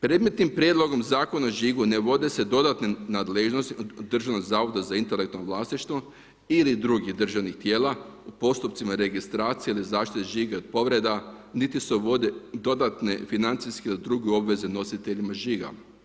Predmetnim Prijedlogom zakona o žigu ne vode se dodatne nadležnosti Državnog zavoda za intelektualno vlasništvu ili drugih državnih tijela u postupcima registracije ili zaštite žiga od povreda, niti se uvode dodatne financijske ili druge obveze nositeljima žiga.